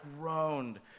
groaned